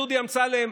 דודי אמסלם,